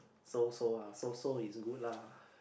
so so ah so so is good lah